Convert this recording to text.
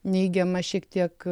neigiama šiek tiek